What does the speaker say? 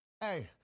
Hey